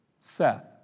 Seth